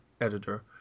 editor